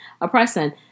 oppression